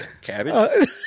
Cabbage